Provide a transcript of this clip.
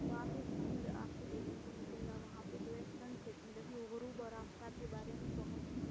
وہاں پہ سمندر آپ کو دیکھنے کو ملے گا وہاں پہ آپ جو ہے سن سیٹ مطلب یہ غروب اور آفتاب کے بارے میں بہت ہی